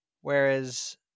whereas